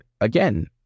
again